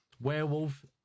werewolf